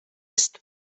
ist